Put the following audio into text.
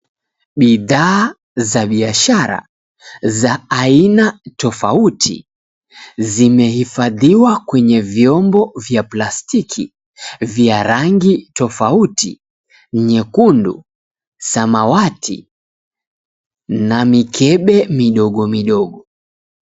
Bidhaa za biashara za aina tofauti zimehifadhiwa kwenye vyombo vya plastiki vya rangi tofauti nyekundu, samawati na mikebe midogo midogo.